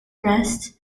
rest